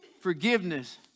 Forgiveness